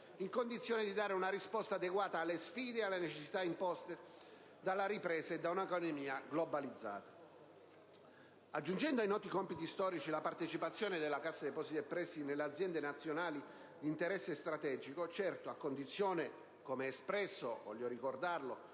in condizione di dare una risposta adeguata alle sfide e alle necessità imposte dalla ripresa e da un'economia globalizzata) e aggiungendo ai noti compiti storici la partecipazione della Cassa depositi e prestiti nelle aziende nazionali di interesse strategico: certo, a condizione, come indicato nel parere